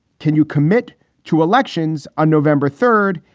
can you commit to elections on november third?